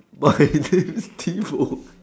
but I say see fold